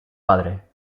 padre